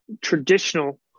Traditional